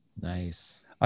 Nice